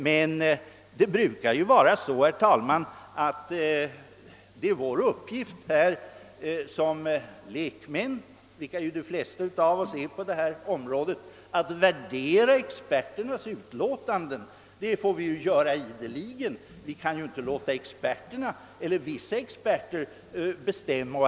Men det brukar ju, herr talman, vara vår uppgift som lekmän — och det är ju de flesta av oss på detta område — att värdera experternas utlåtanden. Det får vi göra ideligen, ty vi kan ju inte låta experterna eller vissa experter bestämma.